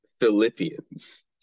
Philippians